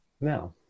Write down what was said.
Now